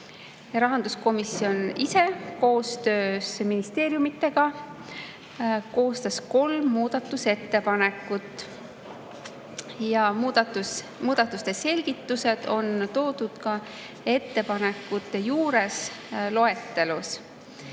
Rahanduskomisjon ise koostöös ministeeriumidega koostas kolm muudatusettepanekut. Muudatuste selgitused on toodud ka ettepanekute juures loetelus. Annan